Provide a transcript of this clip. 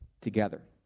together